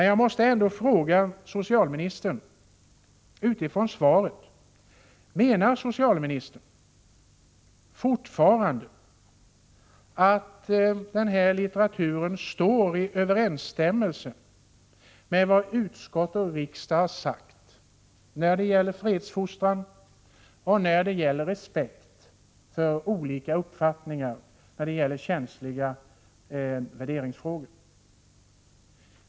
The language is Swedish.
Jag måste utifrån svaret fråga socialministern: Menar socialministern fortfarande att denna litteratur står i överensstämmelse med vad utskott och riksdag har sagt när det gäller fredsfostran och respekt för olika uppfattningar i känsliga värderingsfrågor?